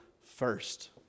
first